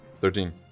Thirteen